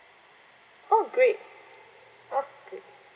oh great okay